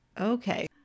Okay